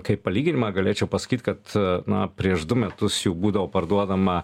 kaip palyginimą galėčiau pasakyt kad na prieš du metus jų būdavo parduodama